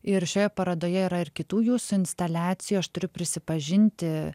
ir šioje parodoje yra ir kitų jūsų instaliacijų aš turiu prisipažinti